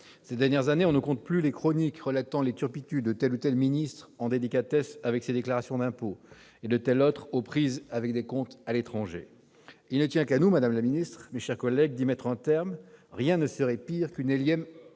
Ces dernières années, on ne compte plus les chroniques relatant les turpitudes de tel ministre en délicatesse avec ses déclarations d'impôts ou de tel autre aux prises avec des comptes à l'étranger. Il ne tient qu'à nous, madame la garde des sceaux, mes chers collègues, d'y mettre un terme. Rien ne serait pire qu'une énième